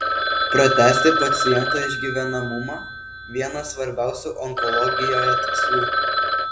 pratęsti paciento išgyvenamumą vienas svarbiausių onkologijoje tikslų